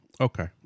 Okay